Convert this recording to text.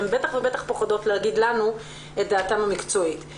הן בטח ובטח פוחדות להגיד לנו את דעתן המקצועית.